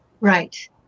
Right